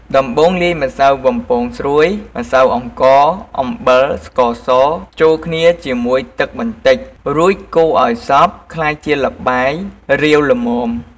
ដំបូងលាយម្សៅបំពងស្រួយ ម្សៅអង្ករ អំបិល ស្ករស ចូលគ្នាជាមួយទឹកបន្តិចរួចកូរឱ្យសព្វក្លាយជាល្បាយរាវល្មម។